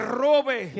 robe